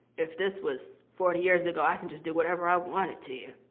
if this was forty years ago, i could just do whatever i wanted to you.